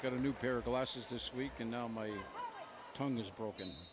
got a new pair of glasses this week and now my tongue is broken